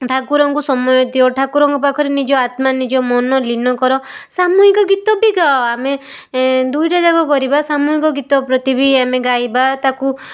ଠାକୁରଙ୍କୁ ସମୟ ଦିଅ ଠାକୁରଙ୍କ ପାଖରେ ନିଜ ଆତ୍ମା ନିଜ ମନ ଲୀନ କର ସାମୂହିକ ଗୀତ ବି ଗାଅ ଆମେ ଦୁଇଟା ଯାକ କରିବା ସାମୂହିକ ଗୀତ ପ୍ରତି ବି ଆମେ ଗାଇବା ତାକୁ